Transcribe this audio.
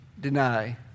deny